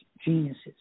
geniuses